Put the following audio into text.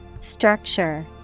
Structure